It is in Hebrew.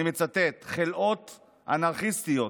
אני מצטט: חלאות אנרכיסטיות,